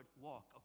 walk